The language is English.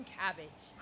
cabbage